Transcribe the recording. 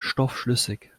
stoffschlüssig